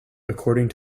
according